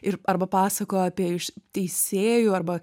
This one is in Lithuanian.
ir arba pasakojo apie iš teisėjų arba